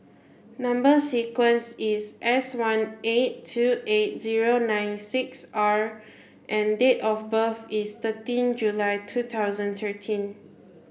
number sequence is S one eight two eight zero nine six R and date of birth is thirteen July two thousand thirteen